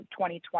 2020